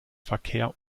verkehr